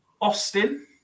Austin